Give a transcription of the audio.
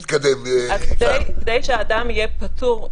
כדי שהאדם יהיה פטור,